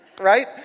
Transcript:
right